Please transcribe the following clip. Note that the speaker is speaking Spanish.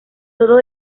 todo